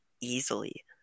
easily